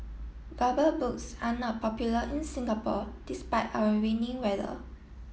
rubber boots are not popular in Singapore despite our rainy weather